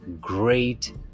great